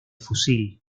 fusil